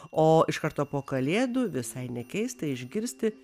o iš karto po kalėdų visai nekeista išgirsti